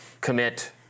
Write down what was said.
commit